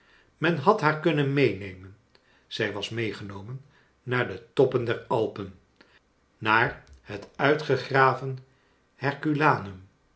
men had haar kunnen meenemen zij was meegenomen i naar de toppen der alpen naar het uitgegraven